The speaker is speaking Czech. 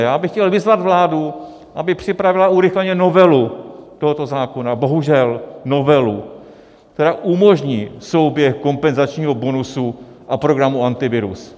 Já bych chtěl vyzvat vládu, aby připravila urychleně novelu tohoto zákona, bohužel novelu, která umožní souběh kompenzačního bonusu a programu Antivirus.